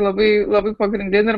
labai labai pagrindinį